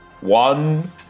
One